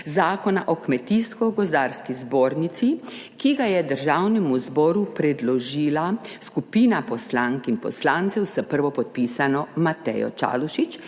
Zakona o Kmetijsko gozdarski zbornici, ki ga je Državnemu zboru predložila skupina poslank in poslancev s prvopodpisano Matejo Čalušić